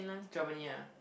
Germany ah